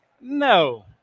No